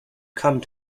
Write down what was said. come